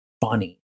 funny